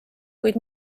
kuid